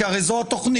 הרי זו התוכנית.